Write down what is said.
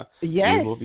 Yes